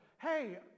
hey